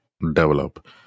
develop